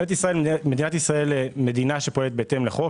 מדינה שפועלת בהתאם לחוק.